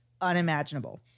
unimaginable